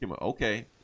Okay